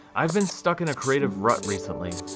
i've been stuck in a creative rut recently,